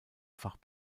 fach